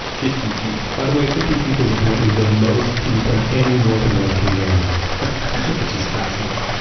fifty teeth by the way, fifty teeth is apparently the most teeth of any north american mammal which is fascinating.